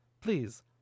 Please